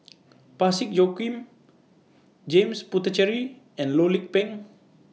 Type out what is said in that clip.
Parsick Joaquim James Puthucheary and Loh Lik Peng